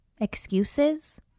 excuses